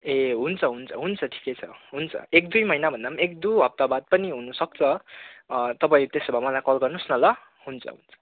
ए हुन्छ हुन्छ हुन्छ ठिकै छ हुन्छ एकदुई महिनाभन्दा पनि एकदुई हप्ताबाद पनि हुनुसक्छ तपाईँ त्यसो भए मलाई कल गर्नुहोस् न ल हुन्छ हुन्छ